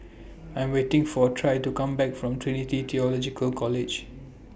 I Am waiting For Trae to Come Back from Trinity Theological College